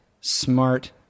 smart